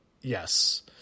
Yes